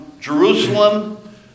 Jerusalem